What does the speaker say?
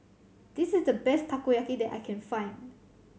this is the best Takoyaki that I can find